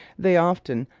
they often,